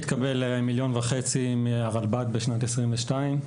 התקבל 1.5 מיליון מהרלב"ד בשנת 2022,